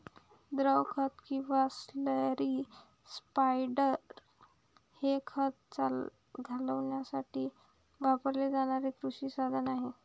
द्रव खत किंवा स्लरी स्पायडर हे खत घालण्यासाठी वापरले जाणारे कृषी साधन आहे